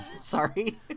Sorry